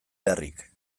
beharrik